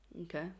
Okay